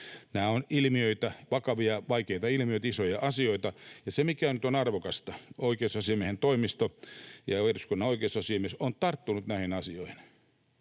Nämä ovat vakavia ja vaikeita ilmiöitä, isoja asioita. Ja mikä nyt on arvokasta, on se, että oikeusasiamiehen toimisto ja eduskunnan oikeusasiamies on tarttunut näihin asioihin.